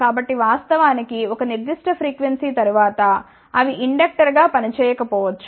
కాబట్టి వాస్తవానికి ఒక నిర్దిష్ట ఫ్రీక్వెన్సీ తరువాత అవి ఇండక్టర్ గా పనిచేయకపోవచ్చు